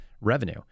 revenue